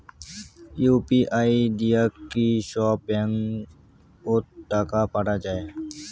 UPI দিয়া কি সব ব্যাংক ওত টাকা পাঠা যায়?